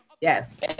Yes